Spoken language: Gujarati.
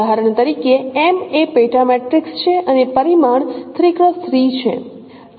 ઉદાહરણ તરીકે M એ પેટા મેટ્રિક્સ છે અને પરિમાણ 3x3 છે કોલમ વેક્ટર છે